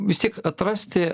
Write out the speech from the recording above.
vis tiek atrasti